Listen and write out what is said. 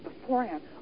beforehand